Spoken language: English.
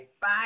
Bye